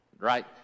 Right